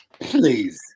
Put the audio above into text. please